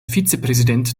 vizepräsident